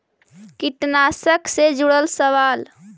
कीटनाशक से जुड़ल सवाल?